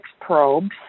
probes